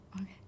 Okay